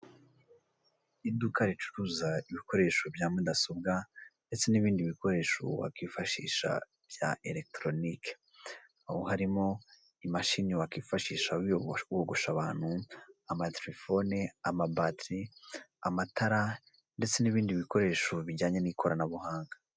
Iduka ricuruza ibikoresho bya mudasobwa ndetse n'ibindi bikoresho wakifashisha bya elekitoronike, aho harimo imashini wakifashisha wogosha abantu, amatelefone, amabatiri, amatara, ndetse n'ibindi bikoresho bijyanye n'ikoranabuhanga.